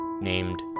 named